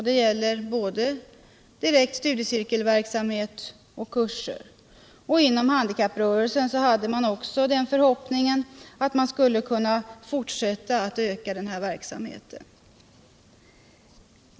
Det gäller både direkt studiecirkelverksamhet och kurser. Inom handikapprörelsen hade man också förhoppningen att kunna fortsätta med den ökningen.